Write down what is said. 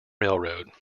railroad